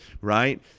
right